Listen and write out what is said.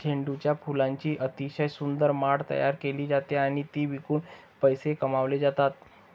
झेंडूच्या फुलांची अतिशय सुंदर माळ तयार केली जाते आणि ती विकून पैसे कमावले जातात